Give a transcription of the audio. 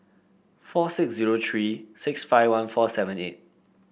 four six zero three six five one four seven eight